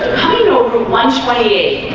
over lunch way